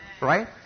Right